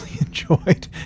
enjoyed